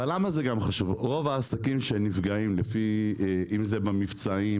רוב העסקים שנפגעים אם זה במבצעים,